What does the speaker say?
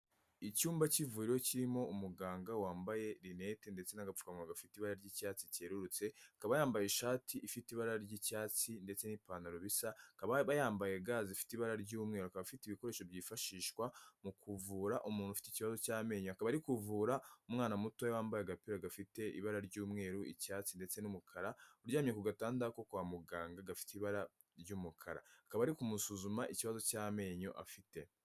Icyumba cy'ivuriro kirimo umuganga wambaye rinete ndetse n'agapfukama gafite ibara ry'icyatsi cyerurutse, akaba yambaye ishati ifite ibara ry'icyatsi ndetse n'ipantaro bisa, akaba yambaye ga zifite ibara ry'umweru, akaba afite ibikoresho byifashishwa mu kuvura umuntu ufite ikibazo cy'amenyo, akaba ari kuvura umwana mutoya wambaye agapira gafite ibara ry'umweru, icyatsi ndetse n'umukara. Uryamye ku gatanda ko kwa muganga gafite ibara ry'umukara. Akaba ari kumusuzuma ikibazo cy'amenyo afite.